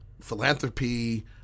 philanthropy